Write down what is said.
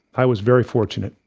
i was very fortunate.